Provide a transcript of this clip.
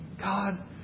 God